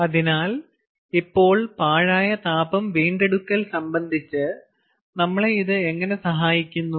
അതിനാൽ ഇപ്പോൾ പാഴായ താപം വീണ്ടെടുക്കൽ സംബന്ധിച്ച് നമ്മളെ ഇത് എങ്ങനെ സഹായിക്കുന്നു